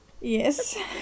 Yes